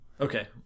Okay